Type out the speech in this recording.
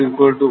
2 1